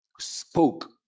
spoke